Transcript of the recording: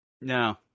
No